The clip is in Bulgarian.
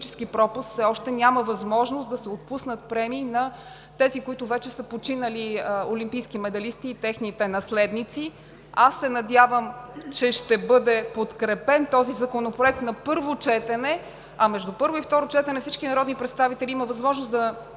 пропуск все още няма възможност да се отпуснат премии на тези, които вече са починали олимпийски медалисти, и техните наследници. Надявам се, че ще бъде подкрепен този законопроект на първо четене, а между първо и второ четене всички народни представители имат възможност да